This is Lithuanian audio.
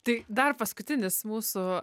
tai dar paskutinis mūsų